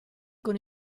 con